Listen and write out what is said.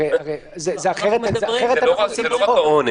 אחרת אנחנו עושים צחוק.